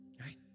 Right